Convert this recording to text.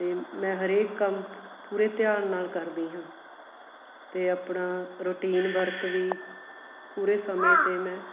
ਅਤੇ ਮੈਂ ਹਰੇਕ ਕੰਮ ਪੂਰੇ ਧਿਆਨ ਨਾਲ ਕਰਦੀ ਹਾਂ ਅਤੇ ਆਪਣਾ ਰੂਟੀਨ ਵਰਕ ਵੀ ਪੂਰੇ ਸਮੇਂ 'ਤੇ ਮੈਂ